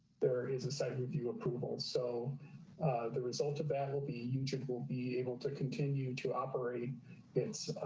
there is a site review approval. so the result of that will be huge. it will be able to continue to operate its